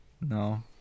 No